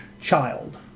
child